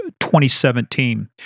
2017